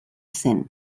zen